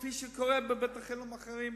כפי שקורה בבתי-חולים אחרים,